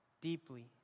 deeply